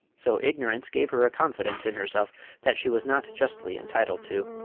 so ignorance gave her a confidence in herself that she was not justly entitled to.